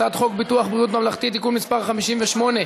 הצעת חוק ביטוח בריאות ממלכתי (תיקון מס' 58),